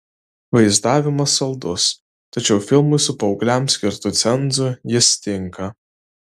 vaizdavimas saldus tačiau filmui su paaugliams skirtu cenzu jis tinka